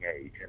age